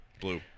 Blue